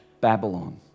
Babylon